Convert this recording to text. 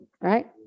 right